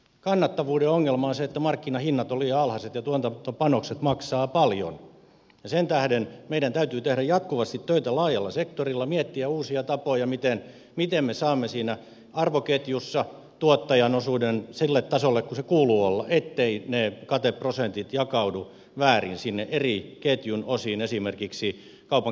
kannattavuuden ongelma on se että markkinahinnat ovat liian alhaiset ja tuotantopanokset maksavat paljon ja sen tähden meidän täytyy tehdä jatkuvasti töitä laajalla sektorilla miettiä uusia tapoja miten me saamme siinä arvoketjussa tuottajan osuuden sille tasolle kuin sen kuuluu olla etteivät kateprosentit jakaudu väärin eri ketjun osiin esimerkiksi kaupan keskusliikkeiden osalle